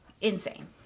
insane